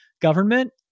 government